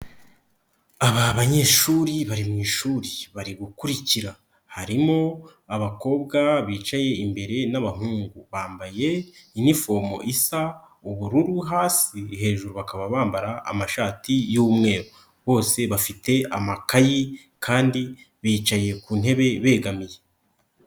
Aba banyeshuri bari mu ishuri bari gukurikira, harimo abakobwa bicaye imbere n'abahungu, bambaye inifomo isa ubururu hasi hejuru bakaba bambara amashati y'umweru, bose bafite amakayi kandi bicaye ku ntebe begamiye.